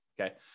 okay